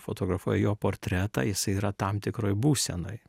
fotografuoja jo portretą jisai yra tam tikroj būsenoj